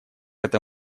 это